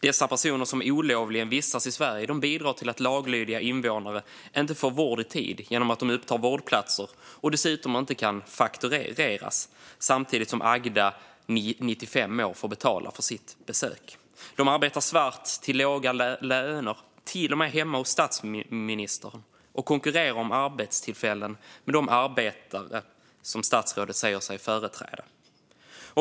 De personer som olovligen vistas i Sverige bidrar till att laglydiga invånare inte får vård i tid genom att de upptar vårdplatser och dessutom inte kan faktureras. Samtidigt får Agda, 95 år, betala för sitt besök. De arbetar svart till låga löner, till och med hemma hos statsministern, och konkurrerar om arbetstillfällen med de arbetare som statsrådet säger sig företräda.